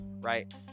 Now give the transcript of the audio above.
right